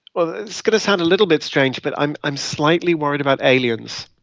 well, it's going to sound a little bit strange, but i'm i'm slightly worried about aliens